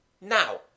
Now